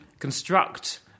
construct